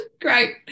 great